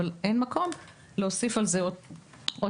אבל אין מקום להוסיף על זה עוד תקציב,